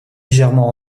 légèrement